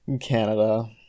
Canada